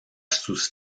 sus